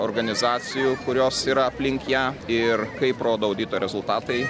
organizacijų kurios yra aplink ją ir kaip rodo audito rezultatai